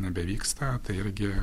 nebevyksta tai irgi